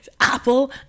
apple